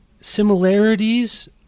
similarities